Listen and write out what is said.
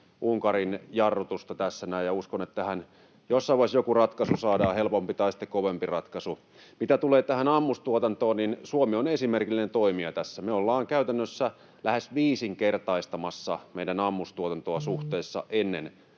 Unkarin jarrutusta tässä näin, ja uskon, että tähän jossain vaiheessa joku ratkaisu saadaan — helpompi tai sitten kovempi ratkaisu. Mitä tulee tähän ammustuotantoon, niin Suomi on esimerkillinen toimija tässä. Me ollaan käytännössä lähes viisinkertaistamassa meidän ammustuotantoa suhteessa ennen